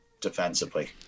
defensively